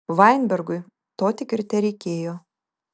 vainbergui to tik ir tereikėjo